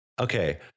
okay